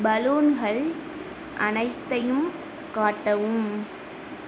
பலூன்கள் அனைத்தையும் காட்டவும்